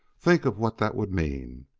think of what that would mean.